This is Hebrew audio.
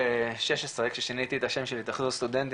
שב-2016 ששיניתי את השם של ההתאחדות הסטודנטים